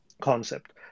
concept